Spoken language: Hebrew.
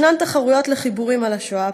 יש תחרויות חיבורים על השואה,